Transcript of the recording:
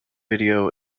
video